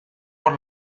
por